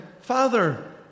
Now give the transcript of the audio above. Father